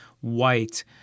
White